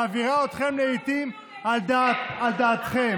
מעבירה אתכם לעיתים על דעתכם.